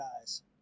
guys